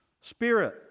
Spirit